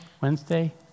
Wednesday